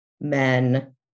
men